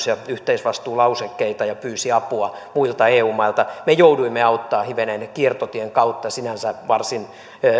ja yhteisvastuulausekkeita ja pyysi apua muilta eu mailta me jouduimme auttamaan hivenen kiertotien kautta sinänsä varsin